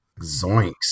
Zoinks